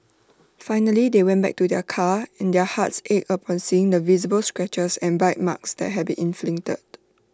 finally they went back to their car and their hearts ached upon seeing the visible scratches and bite marks that had been inflicted